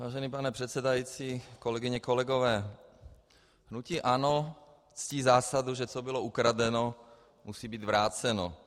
Vážený pane předsedající, kolegyně, kolegové, hnutí ANO ctí zásadu, že co bylo ukradeno, musí být vráceno.